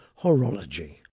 horology